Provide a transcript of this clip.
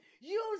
Use